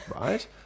right